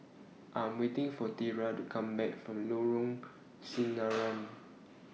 I Am waiting For Tera to Come Back from Lorong Sinaran